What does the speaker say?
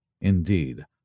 Indeed